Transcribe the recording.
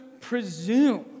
presume